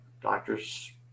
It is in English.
Doctors